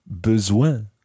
besoin